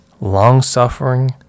long-suffering